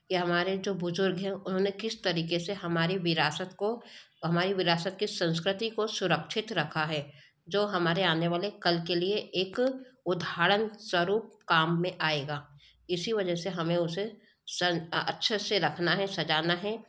कि हमारे जो बुज़ुर्ग हैं उन्होंने किस तरीक़े से हमारी विरासत को हमारी विरासत की संस्कृति को सुरक्षित रखा है जो हमारे आने वाले कल के लिए एक उधारण स्वरूप काम में आएगा इसी वजह से हमें उसे सन अच्छे से रखना है सजाना है